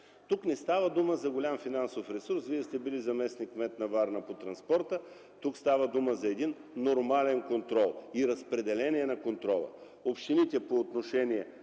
Тук не става дума за голям финансов ресурс. Вие сте били заместник-кмет на Варна по транспорта. Тук става дума за един нормален контрол и разпределение на контрола: общините – по отношение